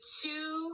two